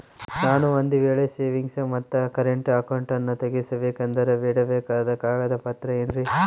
ನಾನು ಒಂದು ವೇಳೆ ಸೇವಿಂಗ್ಸ್ ಮತ್ತ ಕರೆಂಟ್ ಅಕೌಂಟನ್ನ ತೆಗಿಸಬೇಕಂದರ ಕೊಡಬೇಕಾದ ಕಾಗದ ಪತ್ರ ಏನ್ರಿ?